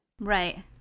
Right